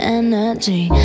energy